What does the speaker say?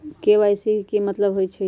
KYC के कि मतलब होइछइ?